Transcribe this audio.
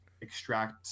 extract